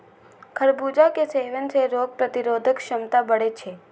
खरबूजा के सेवन सं रोग प्रतिरोधक क्षमता बढ़ै छै